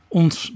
ons